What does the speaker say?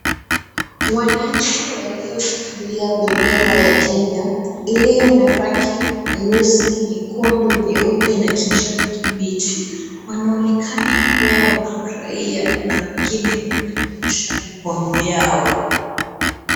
Wananchi walioshikilia bendera ya Kenya iliyo na rangi nyeusi, nyekundu, nyeupe na kijani kibichi. Wanaonekana kuwa wamefurahia na wengine wananyoosha mikono yao.